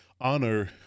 honor